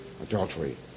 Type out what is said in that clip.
adultery